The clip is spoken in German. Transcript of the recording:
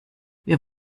wir